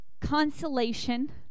consolation